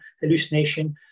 Hallucination